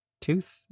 tooth